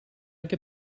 get